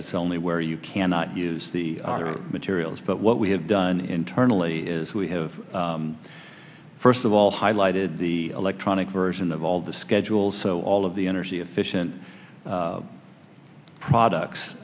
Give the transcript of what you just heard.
it's only where you cannot use the materials but what we have done internally is we have first of all highlighted the electronic version of all the schedules so all of the energy efficient products